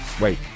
Wait